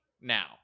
now